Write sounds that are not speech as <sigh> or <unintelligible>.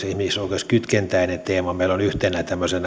<unintelligible> ihmisoikeuskytkentäinen teema meillä on yhtenä tämmöisenä <unintelligible>